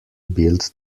build